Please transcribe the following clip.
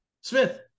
Smith